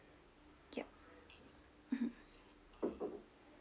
yup mmhmm